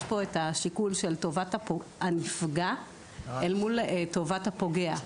יש פה את השיקול של טובת הנפגע אל מול טובת הפוגע.